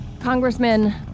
Congressman